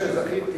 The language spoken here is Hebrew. כשזכיתי,